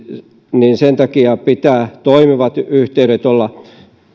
ja sen takia pitää toimivat yhteydet olla